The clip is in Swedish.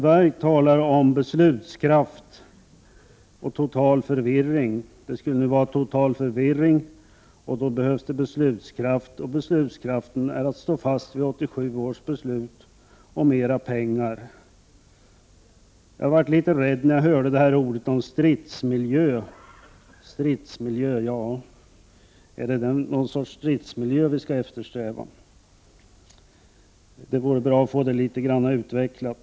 Bengt Westerberg säger att det skulle råda total förvirring och att det behövs beslutkraft, och det innebär att man står fast vid 1987 års beslut och förslaget om mera pengar. Jag blev litet rädd när jag hörde ordet stridsmiljö. Är stridsmiljö något att eftersträva? Det vore bra att få detta utvecklat.